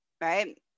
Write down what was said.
Right